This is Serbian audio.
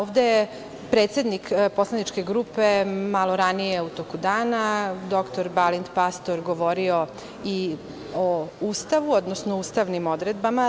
Ovde je predsednik poslaničke grupe malo ranije u toku dana, dr Balint Pastor, govorio i o Ustavu, odnosno ustavnim odredbama.